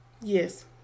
Yes